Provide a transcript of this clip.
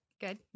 Good